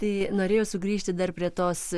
tai norėjau sugrįžti dar prie tos